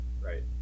Right